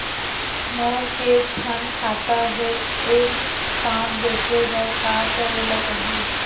मोर के थन खाता हे एक साथ देखे बार का करेला पढ़ही?